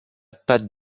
patte